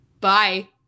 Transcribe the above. Bye